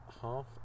Half